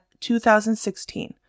2016